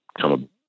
come